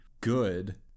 good